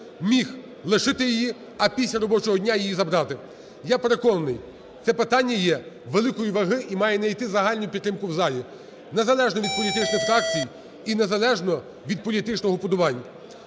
міг лишити її, а після робочого дня її забрати. Я переконаний: це питання є великої ваги і має знайти загальну підтримку в залі, незалежно від політичних фракцій і незалежно від політичних вподобань.